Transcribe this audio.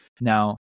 Now